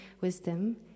wisdom